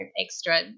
extra